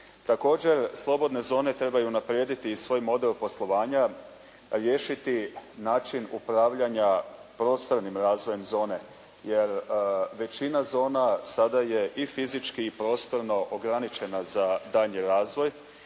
Također slobodne zone trebaju unaprijediti i svoj model poslovanja, riješiti način upravljanja prostornim razvojem zone jer većina zona sada je i fizički i prostorno ograničena za daljnji razvoj.